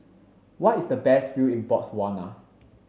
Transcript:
where is the best view in Botswana